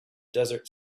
desert